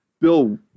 bill